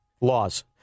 laws